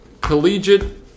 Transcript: collegiate